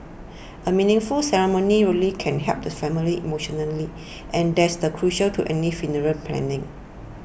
a meaningful ceremony really can help the family emotionally and that is crucial to any funeral planning